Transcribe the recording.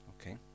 Okay